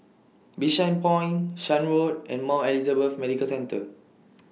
Bishan Point Shan Road and Mount Elizabeth Medical Centre